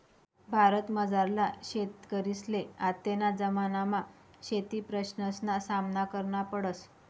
भारतमझारला शेतकरीसले आत्तेना जमानामा शेतीप्रश्नसना सामना करना पडस